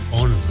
on